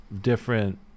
different